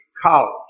college